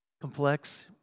Complex